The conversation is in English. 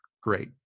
great